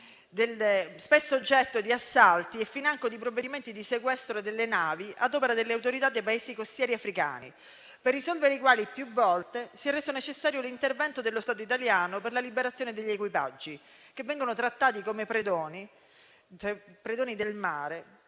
spesso oggetto di assalti e financo di provvedimenti di sequestro delle navi ad opera delle autorità dei Paesi costieri africani. In questi casi più volte si è reso necessario l'intervento dello Stato italiano per la liberazione degli equipaggi che vengono trattati come predoni del mare,